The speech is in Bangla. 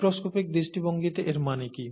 মাইক্রোস্কোপিক দৃষ্টিভঙ্গিতে এর মানে কি